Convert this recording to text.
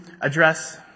address